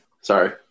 Sorry